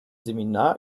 seminar